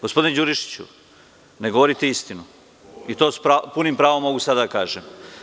Gospodine Đurišiću, ne govorite istinu, i to s punim pravom mogu sada da kažem.